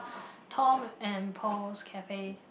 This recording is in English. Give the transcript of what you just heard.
Tom and Paul's Cafe